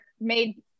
made